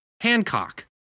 Hancock